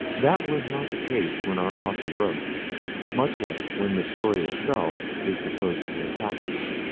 that was not the case when our author wrote much less when the story itself is supposed to have happened.